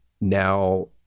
now